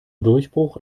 durchbruch